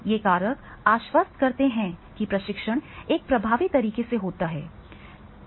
ये कारक आश्वस्त करते हैं कि प्रशिक्षण एक प्रभावी तरीके से होता है